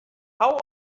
how